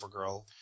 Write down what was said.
Supergirl